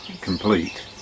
complete